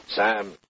Sam